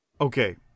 Okay